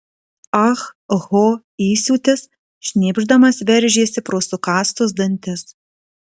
ah ho įsiūtis šnypšdamas veržėsi pro sukąstus dantis